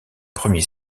premier